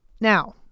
Now